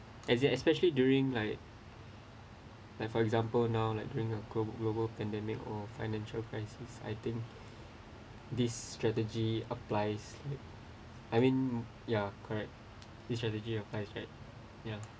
as in especially during like like for example now like during a glob~ global pandemic or financial crisis I think this strategy applies I mean ya correct the strategy applies right ya